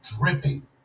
dripping